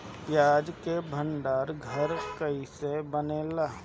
प्याज के भंडार घर कईसे बनेला?